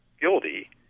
guilty